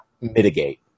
mitigate